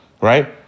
right